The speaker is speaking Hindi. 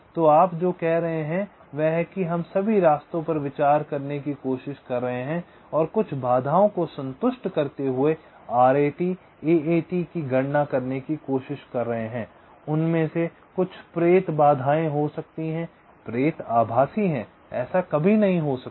तो आप जो कह रहे हैं वह है हम सभी रास्तों पर विचार करने की कोशिश कर रहे हैं और कुछ बाधाओं को संतुष्ट करते हुए आरएटी एएटी की गणना करने की कोशिश कर रहे हैं उनमें से कुछ प्रेत बाधाएँ हो सकती हैं प्रेत आभासी हैं ऐसा कभी नहीं हो सकता